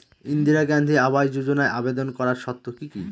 ইন্দিরা গান্ধী আবাস যোজনায় আবেদন করার শর্ত কি কি?